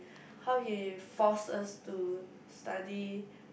how he force us to study